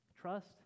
Trust